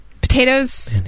potatoes